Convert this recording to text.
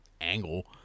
angle